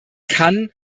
kann